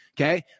Okay